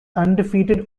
undefeated